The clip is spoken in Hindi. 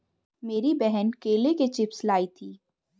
मेरी बहन केले के चिप्स लाई थी